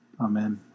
Amen